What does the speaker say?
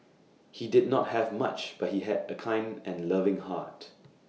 he did not have much but he had A kind and loving heart